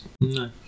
No